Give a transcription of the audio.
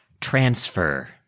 Transfer